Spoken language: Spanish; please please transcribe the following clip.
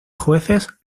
jueces